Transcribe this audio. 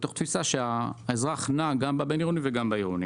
מתוך תפיסה שהאזרח נע גם בבין-עירוני וגם בעירוני.